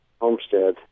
homestead